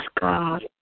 God